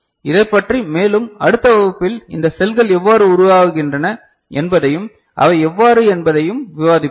இதைப் பற்றி மேலும் அடுத்த வகுப்பில் இந்த செல்கள் எவ்வாறு உருவாகின்றன என்பதையும் அவை எவ்வாறு என்பதையும் விவாதிப்போம்